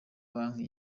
banki